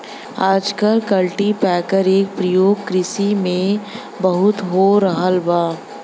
आजकल कल्टीपैकर के परियोग किरसी में बहुत हो रहल बा